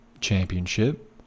Championship